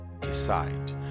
decide